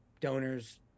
donors